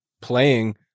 playing